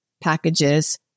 packages